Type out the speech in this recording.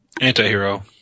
Anti-hero